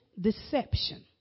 deception